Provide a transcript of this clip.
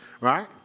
right